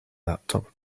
laptop